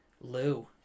Lou